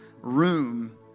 room